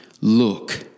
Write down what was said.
look